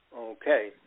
Okay